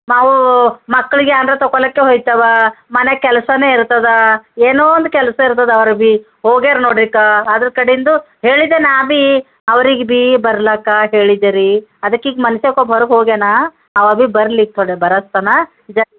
ಅವು ಮಕ್ಳಿಗೆ ಯಾನ್ರ ತಕೊಳಿಕ್ಕೆ ಹೊಯಿತಾವ ಮನೆ ಕೆಲಸಾನೇ ಇರ್ತದೆ ಏನೋ ಒಂದು ಕೆಲಸ ಇರ್ತದೆ ಅವ್ರಿಗೆ ಭೀ ಹೋಗ್ಯಾರ ನೋಡಿರಿ ಅಕ್ಕ ಅದರ ಕಡೆಂದು ಹೇಳಿದೆ ನಾ ಭೀ ಅವ್ರಿಗೆ ಭೀ ಬರ್ಲಕ ಹೇಳಿದ್ದೆ ರಿ ಅದಕ್ ಈಗ ಮನುಷ್ಯ ಒಬ್ಬ ಹೊರಗೆ ಹೋಗ್ಯಾನ ಅವ ಭೀ ಬರ್ಲೀಗ ಥೋಡೆ ಬರಸ್ತನ